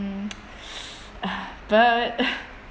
but